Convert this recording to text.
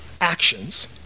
actions